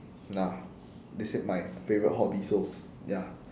nah this is my favourite hobby so ya